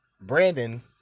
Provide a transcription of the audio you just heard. Brandon